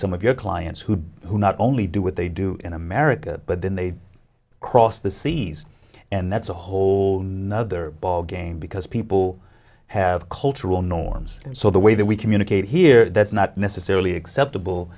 some of your clients who do who not only do what they do in america but then they cross the seas and that's a whole nother ballgame because people have cultural norms so the way that we communicate here that's not necessarily acceptable